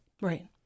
right